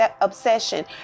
obsession